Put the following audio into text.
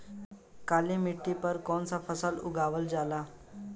काली मिट्टी पर कौन सा फ़सल उगावल जाला?